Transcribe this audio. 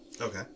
Okay